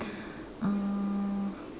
uh